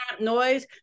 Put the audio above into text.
noise